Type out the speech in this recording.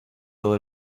todo